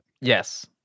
Yes